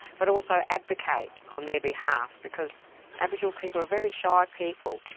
but also advocate on their behalf because aboriginal people are very shy people.